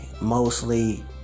mostly